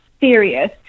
serious